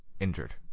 injured